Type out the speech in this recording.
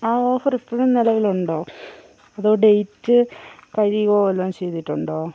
ആ ഓഫർ ഇപ്പഴും നിലവിൽ ഉണ്ടോ അതോ ഡേറ്റ് കഴിയുകയോ വല്ലതും ചെയ്തിട്ടുണ്ടോ